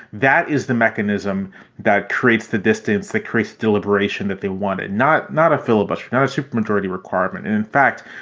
that is the mechanism that creates the distils, that creates deliberation that they wanted. not not a filibuster, not a supermajority requirement. and in fact,